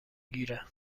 گیره